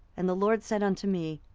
and the lord said unto me,